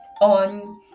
on